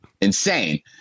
insane